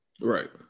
Right